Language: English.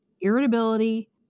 irritability